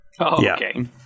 Okay